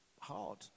hard